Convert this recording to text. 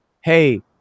hey